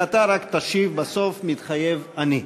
ואתה רק תשיב בסוף "מתחייב אני".